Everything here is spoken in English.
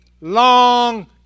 long